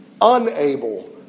unable